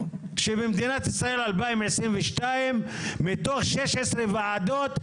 שבמדינת ישראל 2022 מתוך שש עשרה ועדות,